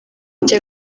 icya